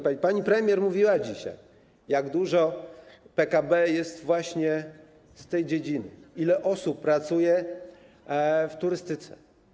Pani premier mówiła dzisiaj, jak dużo PKB jest właśnie z tej dziedziny, ile osób pracuje w turystyce.